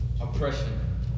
oppression